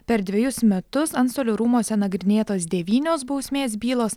per dvejus metus antstolių rūmuose nagrinėtos devynios bausmės bylos